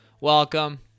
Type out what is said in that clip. welcome